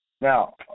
Now